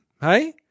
hey